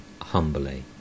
humbly